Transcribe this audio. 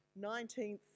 19th